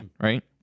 Right